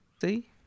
See